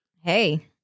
Hey